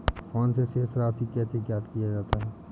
Phone से शेष राशि कैसे ज्ञात किया जाता है?